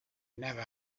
never